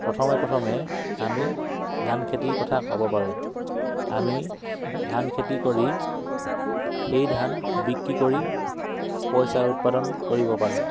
প্ৰথমে প্ৰথমে আমি ধান খেতিৰ কথা ক'ব পাৰোঁ আমি ধান খেতি কৰি সেই ধান বিক্ৰী কৰি পইচা উৎপাদন কৰিব পাৰোঁ